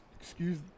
excuse